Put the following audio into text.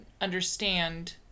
understand